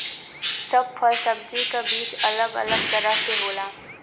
सब फल सब्जी क बीज अलग अलग तरह क होला